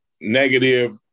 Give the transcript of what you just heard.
negative